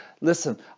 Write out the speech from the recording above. listen